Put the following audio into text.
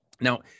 Now